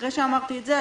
אחרי שאמרתי את זה,